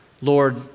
Lord